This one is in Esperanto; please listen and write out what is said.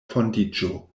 fondiĝo